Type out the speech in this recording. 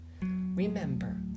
Remember